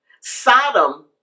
Sodom